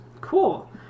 Cool